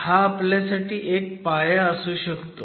हा आपल्यासाठी एक पाया असू शकतो